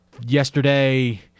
Yesterday